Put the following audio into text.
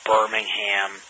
Birmingham